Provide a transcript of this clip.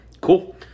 Cool